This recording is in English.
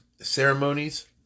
ceremonies